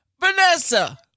Vanessa